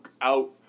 out